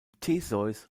theseus